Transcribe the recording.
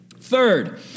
Third